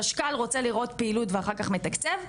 החשב הכללי רוצה לראות פעילות ואחר כך מתקצב,